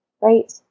right